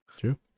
True